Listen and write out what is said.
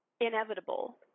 inevitable